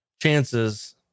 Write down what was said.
chances